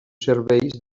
serveis